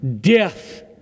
death